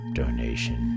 donation